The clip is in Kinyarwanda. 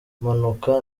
mpanuka